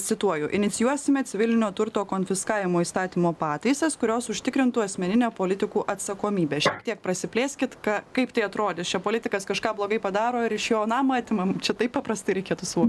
cituoju inicijuosime civilinio turto konfiskavimo įstatymo pataisas kurios užtikrintų asmeninę politikų atsakomybę šiek tiek prasiplėskit ką kaip tai atrodys čia politikas kažką blogai padaro ir iš jo namą atimam čia taip paprastai reikėtų suvok